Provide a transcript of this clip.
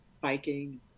biking